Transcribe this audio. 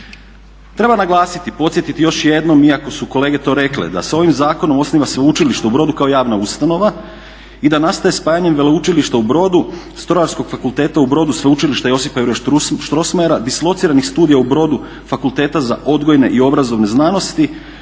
Treba naglasiti, podsjetiti još jednom iako su kolege to rekle da se ovim zakonom osniva Sveučilište u Brodu kao javna ustanova i da nastaje spajanjem Veleučilišta u Brodu, Strojarskog fakulteta u Brodu, Sveučilišta Josipa Juraja Strossmayera, dislociranih studija u Bordu Fakulteta za odgojne i obrazovne znanosti